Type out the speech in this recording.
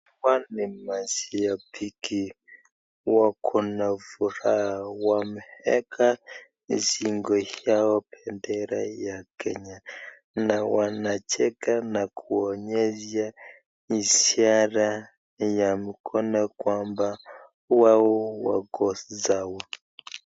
Hapa ni mashabiki wako na furaha wameeka shingo yao bendera ya kenya na wanacheka na kuonyesha ishara ya mkono kwamba wao wako sawa..